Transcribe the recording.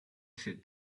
sit